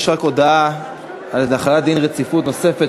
יש אולי הודעה על החלת דין רציפות נוספת,